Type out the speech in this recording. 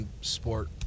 sport